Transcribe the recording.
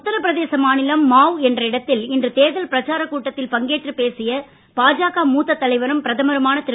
உத்தரப்பிரதேசம் மாநிலம் மாவ் என்ற இடத்தில் இன்று தேர்தல் பிரச்சார பொதுக்கூட்டத்தில் பங்கேற்று பேசிய பாஜக மூத்த தலைவரும் பிரதமருமான திரு